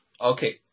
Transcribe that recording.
Okay